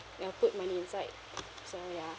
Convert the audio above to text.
and I put money inside so ya